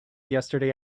yesterday